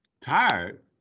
Tired